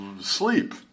sleep